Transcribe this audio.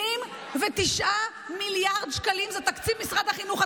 79 מיליארד שקלים, זה תקציב משרד החינוך.